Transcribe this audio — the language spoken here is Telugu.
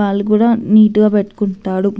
వాళ్ళు కూడా నీటుగా పెట్టుకుంటారు